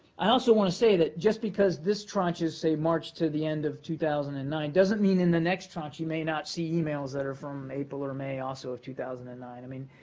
i also want to say that just because this tranche is, say, march to the end of two thousand and nine doesn't mean in the next tranche you may not see emails that are from april or may also of two thousand and nine. i mean,